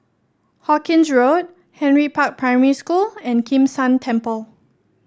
Hawkinge Road Henry Park Primary School and Kim San Temple